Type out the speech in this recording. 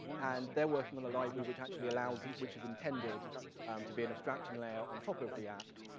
and they're working on a library which actually allows, yeah which is intended to be an abstraction layer on top of react,